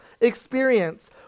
experience